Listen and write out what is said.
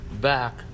back